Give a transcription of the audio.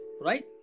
right